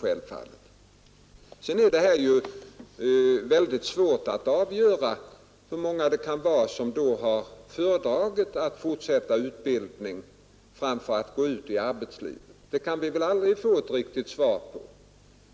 Sedan är det mycket svårt att avgöra hur många det kan vara som föredrar att fortsätta sin utbildning framför att gå ut i arbetslivet. Den frågan kan vi aldrig få något riktigt svar på.